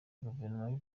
gouvernement